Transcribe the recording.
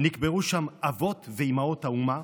נקברו שם אבות ואימהות האומה,